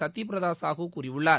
சத்ய பிரதா சாஹூ கூறியுள்ளார்